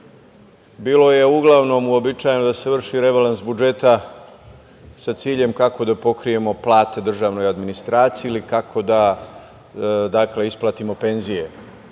bilo je uglavnom uobičajeno da se vrši rebalans budžeta sa ciljem kako da pokrijemo plate državnoj administraciji ili kako da isplatimo penzije,